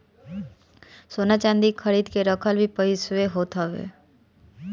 सोना चांदी खरीद के रखल भी पईसवे होत हवे